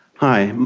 hi,